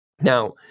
Now